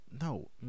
No